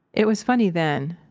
it was funny then,